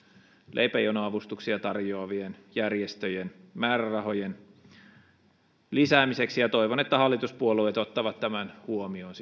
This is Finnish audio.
leipäjonoavustuksia tarjoavien järjestöjen määrärahojen lisäämiseksi ja toivon että hallituspuolueet ottavat tämän huomioon